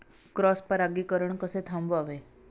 Cross परागीकरण कसे थांबवावे?